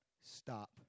stop